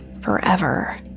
forever